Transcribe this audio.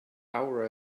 our